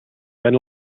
ven